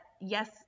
yes